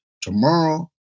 Tomorrow